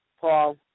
Paul